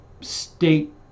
state